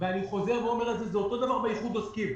אני רוצה לדעת לגבי מענקי הסיוע,